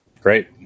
Great